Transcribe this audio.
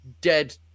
dead